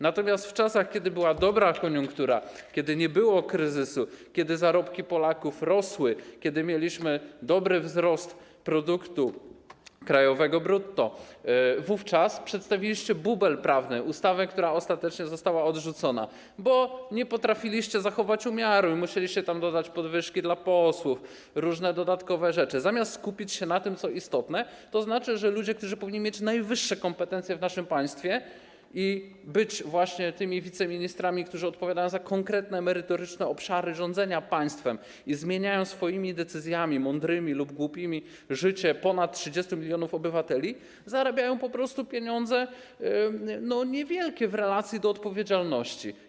Natomiast w czasach kiedy była dobra koniunktura, kiedy nie było kryzysu, kiedy zarobki Polaków rosły, kiedy mieliśmy dobry wzrost produktu krajowego brutto, przedstawiliście bubel prawny, ustawę, która ostatecznie została odrzucona, bo nie potrafiliście zachować umiaru i musieliście tam dodać podwyżki dla posłów, różne dodatkowe rzeczy, zamiast skupić się na tym, co istotne, tzn. na tym, że ludzie, którzy powinni mieć najwyższe kompetencje w naszym państwie i być wiceministrami, którzy odpowiadają za konkretne merytoryczne obszary rządzenia państwem i zmieniają swoimi decyzjami, mądrymi lub głupimi, życie ponad 30 mln obywateli, zarabiają po prostu pieniądze niewielkie w relacji do odpowiedzialności.